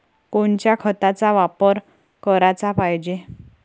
कोनच्या खताचा वापर कराच पायजे?